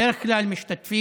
בדרך כלל משתתפים